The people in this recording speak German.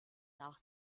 nach